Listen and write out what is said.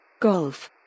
Golf